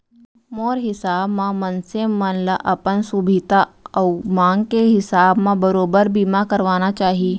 मोर हिसाब म मनसे मन ल अपन सुभीता अउ मांग के हिसाब म बरोबर बीमा करवाना चाही